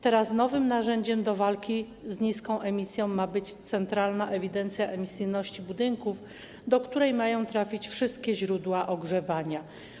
Teraz nowym narzędziem do walki z niską emisją ma być Centralna Ewidencja Emisyjności Budynków, do której mają trafić wszystkie źródła ogrzewania.